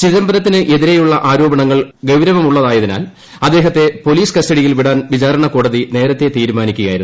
ചിദംബരത്തിനെതിരെയുള്ള ആരോപണങ്ങൾ ഗൌരവമുള്ളതായതിനാൽ അദ്ദേഹത്തെ പോലീസ് കസ്റ്റഡിയിൽ വിടാൻ വിചാരണകോടതി നേരത്തെ തീരുമാനിക്കുകയായിരുന്നു